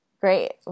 Great